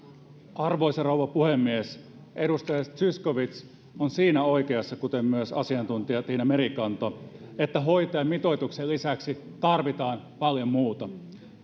arvoisa rouva puhemies edustaja zyskowicz on siinä oikeassa kuten myös asiantuntija tiina merikanto että hoitajamitoituksen lisäksi tarvitaan paljon muuta